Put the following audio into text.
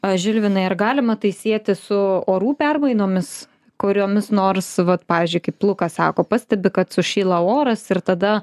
žilvinai ar galima tai sieti su orų permainomis kuriomis nors vat pavyzdžiui kaip lukas sako pastebi kad sušyla oras ir tada